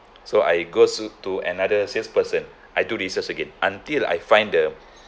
so I go s~ to another salesperson I do research again until I find the